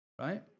Right